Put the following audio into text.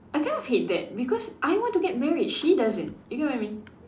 I kind of hate that because I want to get married she doesn't you get I mean